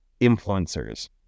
influencers